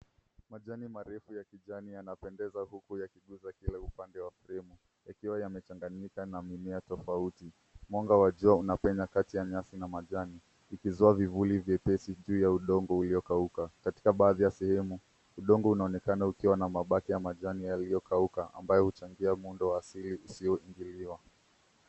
Majani marefu ya kijani yanapendeza huku yakigusa kila upande wa fremu yakiwa yamechanganyika na mimea tofauti. Mwanga wa jua unapenya kati ya nyasi na majani ikizoa vivuli vyepesi juu ya udongo uliokauka. Katika baadhi ya sehemu, udongo unaonekana ukiwa na mabaki ya majani yaliyokauka ambayo huchangia muundo wa asili usioingiliwa.